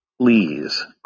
Please